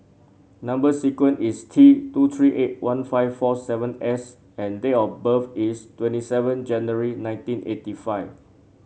number sequence is T two three eight one five four seven S and date of birth is twenty seven January nineteen eighty five